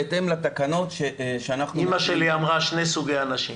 בהתאם לתקנות שאנחנו -- אמא שלי אמרה שיש שני סוגי אנשים: